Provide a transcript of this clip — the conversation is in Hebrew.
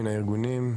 מן הארגונים?